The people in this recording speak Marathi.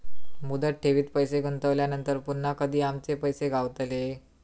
मुदत ठेवीत पैसे गुंतवल्यानंतर पुन्हा कधी आमचे पैसे गावतले?